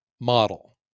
model